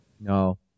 No